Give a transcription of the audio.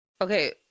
okay